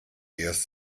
erst